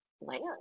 land